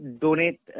donate